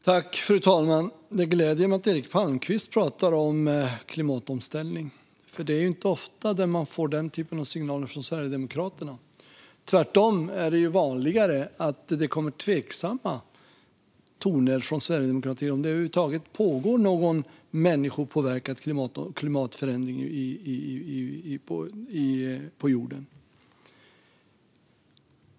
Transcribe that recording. Fru talman! Det gläder mig att Eric Palmqvist pratar om klimatomställning, för det är inte ofta man får den typen av signaler från Sverigedemokraterna. Tvärtom är det vanligare att det kommer tveksamma toner från Sverigedemokraterna: Pågår det över huvud taget någon människopåverkad klimatförändring på jorden?